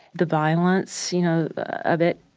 the violence, you know, of it,